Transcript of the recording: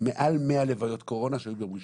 מעל 100 לוויות קורונה שהיו ביום ראשון.